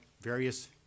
various